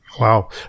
Wow